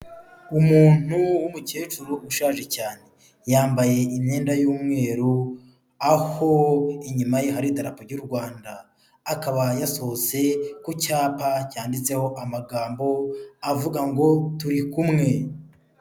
Umuntu w'umukecuru ushaje cyane, yambaye imyenda y'umweru, aho inyuma ye hari Idarapo ry'u Rwanda, akaba yasohotse ku cyapa cyanditseho amagambo avuga ngo turi kumwe.